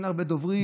אין הרבה דוברים.